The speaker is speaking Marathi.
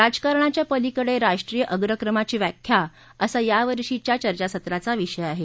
राजकारणाच्या पलीकडे राष्ट्रीय अग्रक्रमाची व्याख्या असा यावर्षीच्या या चर्चासत्राचा विषय आहे